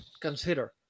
consider